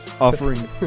offering